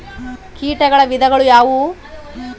ಕೇಟಗಳ ವಿಧಗಳು ಯಾವುವು?